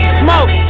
smoke